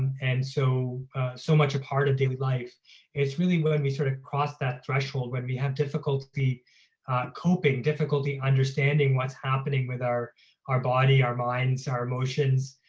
and so so much a part of daily life it's really when we sort of crossed that threshold, when we have difficulty coping difficulty understanding what's happening with our our body, our minds, our emotions,